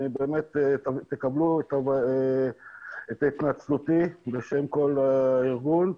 קבלו את התנצלותי בשם כל הארגון.